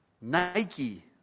Nike